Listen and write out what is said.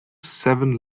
seven